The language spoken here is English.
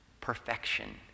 perfection